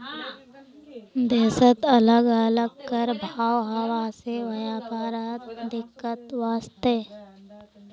देशत अलग अलग कर भाव हवा से व्यापारत दिक्कत वस्छे